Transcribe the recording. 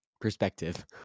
perspective